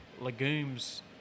legumes